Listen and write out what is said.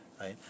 right